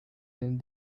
sent